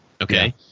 okay